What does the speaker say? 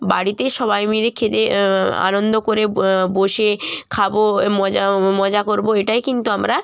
বাড়িতে সবাই মিলে খেতে আনন্দ করে বসে খাব মজা ও মজা করব এটাই কিন্তু আমরা